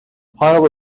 pile